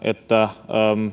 että